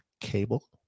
cable